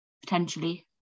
potentially